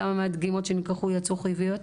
כמה מהדגימות שנלקחו יצאו חיוביות,